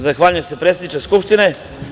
Zahvaljujem se, predsedniče Skupštine.